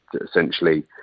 essentially